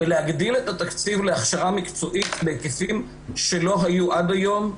ולהגדיל את התקציב להכשרה מקצועית בהיקפים שלא היו עד היום,